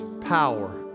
power